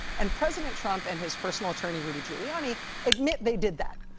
and president trump and his personal attorney, rudy giuliani admit they did that.